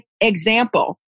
example